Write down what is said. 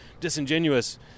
disingenuous